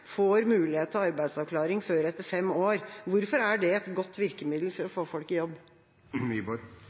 får mulighet til arbeidsavklaring før etter fem år. Hvorfor er det et godt virkemiddel for å få folk i jobb?